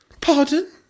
Pardon